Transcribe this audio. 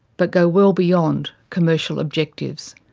but go well beyond, commercial objectives.